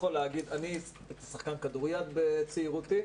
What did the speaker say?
אני הייתי שחקן כדוריד בצעירותי.